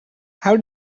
how